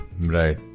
right